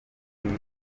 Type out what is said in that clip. n’uyu